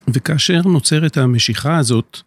וכאשר נוצרת המשיכה הזאת